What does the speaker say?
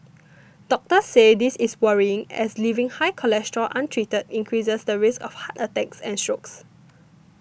doctors say this is worrying as leaving high cholesterol untreated increases the risk of heart attacks and strokes